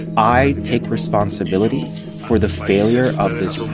i take responsibility for the failure of this